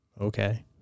Okay